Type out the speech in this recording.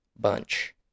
bunch